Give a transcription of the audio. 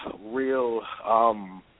real